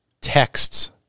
texts